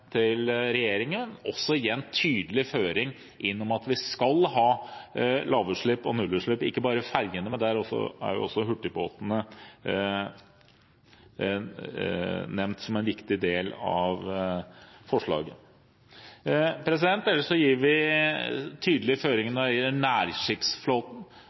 regjeringen og å gi en tydelig føring inn om at vi skal ha lavutslipp og nullutslipp – og ikke bare på ferjene. Også hurtigbåtene er nevnt som en viktig del av forslaget. Ellers gir vi tydelige føringer når det gjelder nærskipsflåten.